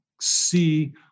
see